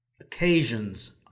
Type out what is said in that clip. occasions